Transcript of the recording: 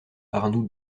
arnould